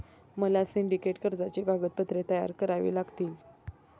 मला सिंडिकेट कर्जाची कागदपत्रे तयार करावी लागतील